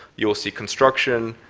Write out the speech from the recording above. you will see construction.